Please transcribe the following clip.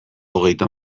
hogeita